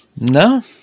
No